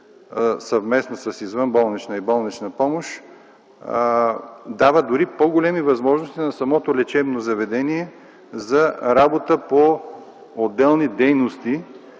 съвместно с извънболнична и болнична помощ, дава дори по-големи възможности на лечебното заведение за работа по отделни дейности,